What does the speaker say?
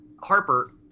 Harper